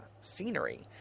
scenery